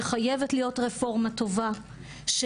שחייבת להיות רפורמה טובה,